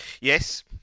Yes